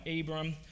Abram